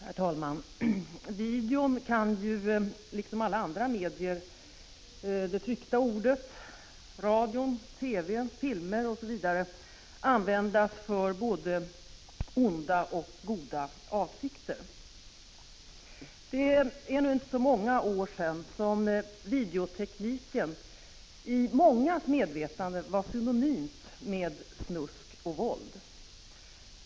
Herr talman! Video kan ju liksom alla andra medier — det tryckta ordet, radio, TV, filmer osv. — användas i både onda och goda avsikter. Det är nu inte så många år sedan som videotekniken i mångas medvetande var synonym med snusk och våld.